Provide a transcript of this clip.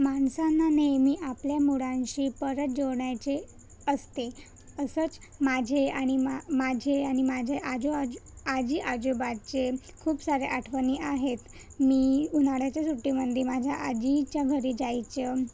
माणसानं नेहमी आपल्या मुळांशी परत जोडायचे असते असंच माझे आणि मा माझे आणि माझे आजो आज आजी आजोबाचे खूप सारे आठवणी आहेत मी उन्हाळ्याच्या सुट्टीमंदी माझ्या आजीच्या घरी जायचं